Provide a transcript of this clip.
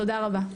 תודה רבה.